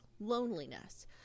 loneliness